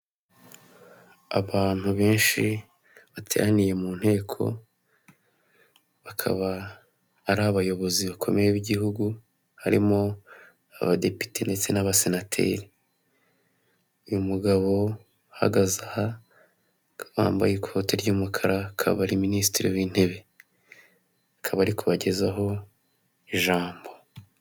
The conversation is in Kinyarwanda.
Isoko ry'imboga ririmo abantu bagiye batandukanye hari umucuruzi ari gutonora ibishyimbo hari ibitunguru, harimo amashaza, inyanya ndetse harimo n'abandi benshi.